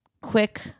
quick